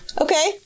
Okay